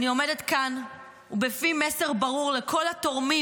אני עומדת כאן ובפי מסר ברור לכל התורמים